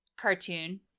cartoon